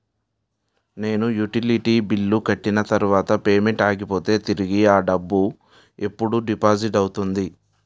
నేను utility bill కట్టిన తర్వాత పేమెంట్ ఆగిపోతే తిరిగి అ డబ్బు ఎప్పుడు డిపాజిట్ అవుతుంది?